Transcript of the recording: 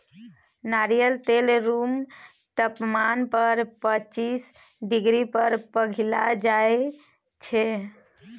नारियल तेल रुम तापमान पर पचीस डिग्री पर पघिल जाइ छै